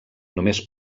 només